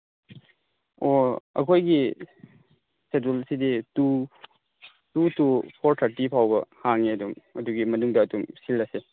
ꯑꯣ ꯑꯩꯈꯣꯏꯒꯤ ꯁꯦꯗꯨꯜꯁꯤꯗꯤ two two to four thirty ꯐꯥꯎꯕ ꯍꯥꯡꯉꯦ ꯑꯗꯨꯝ ꯑꯗꯨꯒꯤ ꯃꯅꯨꯡꯗ ꯑꯗꯨꯝ ꯁꯤꯜꯂꯁꯦ